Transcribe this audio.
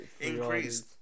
Increased